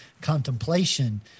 contemplation